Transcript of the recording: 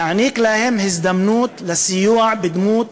יעניק להם הזדמנות לסיוע בדמות